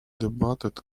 debated